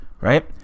right